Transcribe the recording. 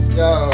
yo